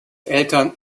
eltern